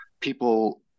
people